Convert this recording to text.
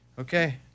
Okay